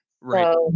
right